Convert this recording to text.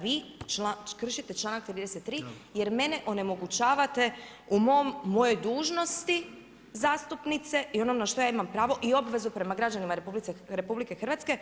Vi kršite članak 33. jer mene onemogućavate u mom, u mojoj dužnosti zastupnice i ono na što ja imam pravo i obvezu prema građanima RH.